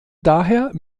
daher